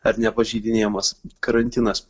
ar nepažeidinėjamas karantinas